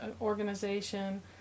Organization